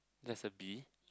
that's a bee